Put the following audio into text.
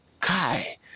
Kai